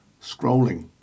scrolling